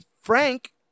Frank